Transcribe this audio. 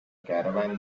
caravan